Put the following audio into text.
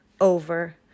over